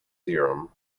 theorem